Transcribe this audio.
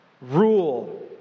Rule